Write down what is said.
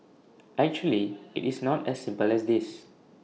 actually IT is not as simple as this